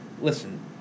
listen